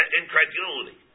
incredulity